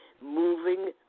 Moving